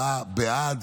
להצבעה בעד.